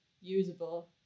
usable